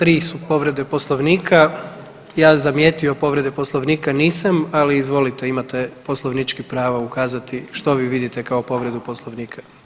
Tri su povrede poslovnika, ja zamijetio povrede poslovnika nisam, ali izvolite imate poslovničko pravo ukazati što vi vidite kao povredu poslovnika.